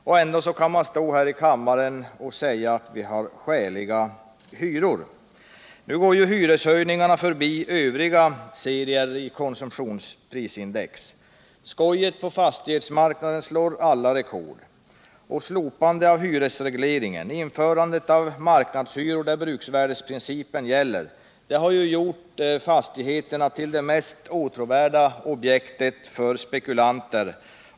Och ändå kan man stå här i kammaren och säga att vi har skäliga hyror. Nu går ju hyreshöjningarna förbi övriga serier i konsumtionsprisindex. Skojet på fastighetsmarknaden slår alla rekord och slopandet av hyresregleringen och införandet av marknadshyror där bruksvärdesprincipen gäller har gjort fastigheterna till det mest åtråvärda objektet för spekulanter.